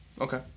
okay